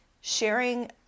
Sharing